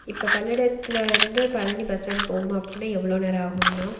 இப்போ பல்லடத்தில் இருந்து பழனி பஸ் ஸ்டாண்ட் போகணும் அப்படினா எவ்வளோ நேரம் ஆகுங்கண்ணா